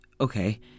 okay